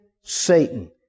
Satan